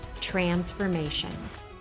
transformations